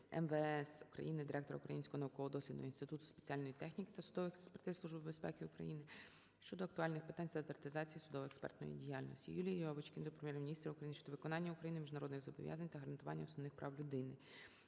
МВС України, Директора Українського науково-дослідного інституту спеціальної техніки та судових експертиз Служби безпеки України щодо актуальних питань стандартизації судово-експертної діяльності. ЮліїЛьовочкіної до Прем'єр-міністра України щодо виконання Україною міжнародних зобов'язань та гарантування основних прав людини.